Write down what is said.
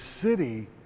city